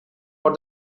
for